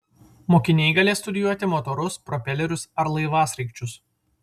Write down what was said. mokiniai galės studijuoti motorus propelerius ar laivasraigčius